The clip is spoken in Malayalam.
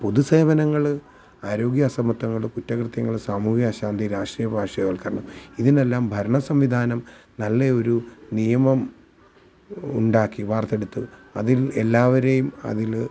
പൊതു സേവനങ്ങൾ ആരോഗ്യ അസമത്വങ്ങൾ കുറ്റകൃത്യങ്ങൾ സാമൂഹ്യ അശാന്തി രാഷ്ട്രീയ പാർശ്വവൽക്കരണം ഇതിനെല്ലാം ഭരണ സംവിധാനം നല്ല ഒരു നിയമം ഉണ്ടാക്കി വാർത്തെടുത്ത് അതിൽ എല്ലാവരെയും അതിൽ